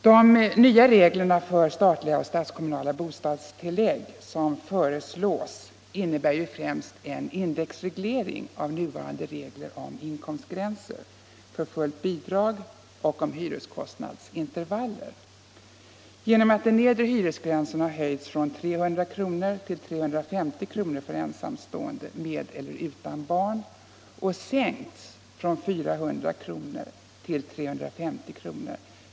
De nya reglerna för statliga och statskommunala bostadstillägg som föreslås innebär ju främst en indexreglering av nuvarande regler om inkomstgränser för fullt bidrag och om hyreskostnadsintervaller. Genom att den nedre hyresgränsen har höjts från 300 till 350 kr. för ensamstående med eller utan barn och sänkts från 400 till 350 kr.